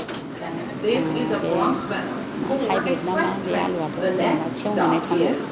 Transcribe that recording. ओमफ्राय ओ बे मा हायब्रिद ना मा बे आलुआथ' जेनेबा सेवनानै थाङो